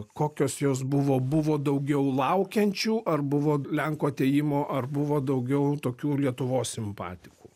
kokios jos buvo buvo daugiau laukiančių ar buvo lenkų atėjimo ar buvo daugiau tokių lietuvos simpatikų